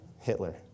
Hitler